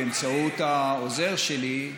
באמצעות העוזר שלי,